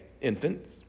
infants